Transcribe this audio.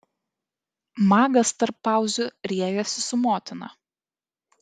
magas tarp pauzių riejasi su motina